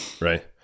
Right